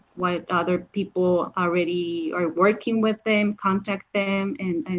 what other people already are working with them, contact them and